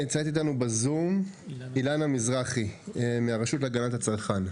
נמצאת איתנו בזום אילנה מזרחי מהרשות להגנת הצרכן.